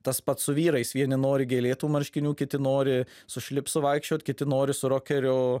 tas pats su vyrais vieni nori gėlėtų marškinių kiti nori su šlipsu vaikščiot kiti nori su rokerio